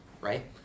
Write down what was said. right